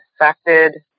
affected